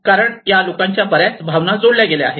कारण या लोकांच्या बऱ्याच भावना जोडल्या गेलेल्या आहेत